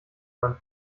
man